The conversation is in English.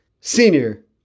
senior